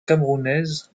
camerounaise